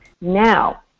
Now